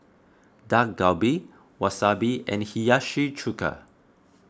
Dak Galbi Wasabi and Hiyashi Chuka